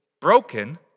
broken